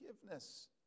forgiveness